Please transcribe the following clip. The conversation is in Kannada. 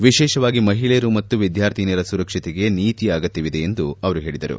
ವಿಶೇಷವಾಗಿ ಮಹಿಳೆಯರು ಮತ್ತು ವಿದ್ವಾರ್ಥಿನಿಯರ ಸುರಕ್ಷತೆಗೆ ನೀತಿಯ ಅಗತ್ತವಿದೆ ಎಂದು ಹೇಳಿದರು